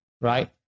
right